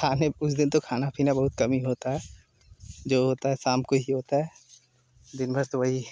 खाने उस दिन तो खाना पीना बहुत कम ही होता है जो होता है शाम को ही होता है दिन भर तो वही